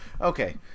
Okay